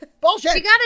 Bullshit